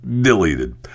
deleted